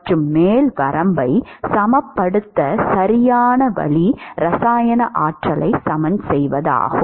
மற்றும் மேல் வரம்பை சமப்படுத்த சரியான வழி இரசாயன ஆற்றலை சமன் செய்வதாகும்